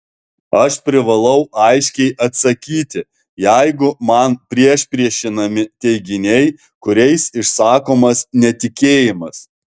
aš privalau aiškiai atsakyti jeigu man priešpriešinami teiginiai kuriais išsakomas netikėjimas